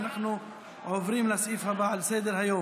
אנחנו עוברים לסעיף הבא על סדר-היום,